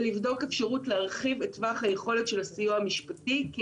ולבדוק אפשרות להרחיב את טווח היכולת של הסיוע המשפטי כי